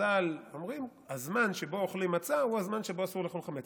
חז"ל אומרים: הזמן שבו אומרים מצה הוא הזמן שבו אסור לאכול חמץ,